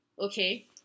Okay